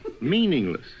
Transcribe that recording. Meaningless